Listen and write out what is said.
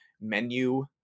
menu